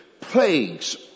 Plagues